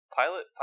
pilot